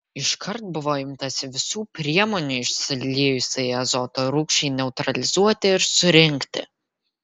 iškart buvo imtasi visų priemonių išsiliejusiai azoto rūgščiai neutralizuoti ir surinkti